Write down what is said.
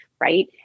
right